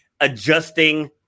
adjusting